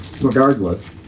regardless